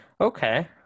Okay